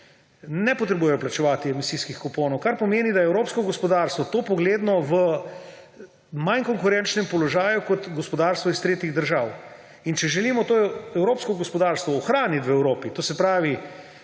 ne potrebujejo plačevati emisijskih kuponov, kar pomeni, da je evropsko gospodarstvo topogledno v manj konkurenčnem položaju kot gospodarstvo iz tretjih držav. In če želimo to evropsko gospodarstvo ohraniti v Evropi, to se pravi,